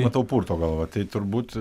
matau purto galvą tai turbūt